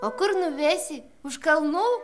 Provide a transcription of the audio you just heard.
o kur nuvesi už kalnų